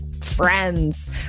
friends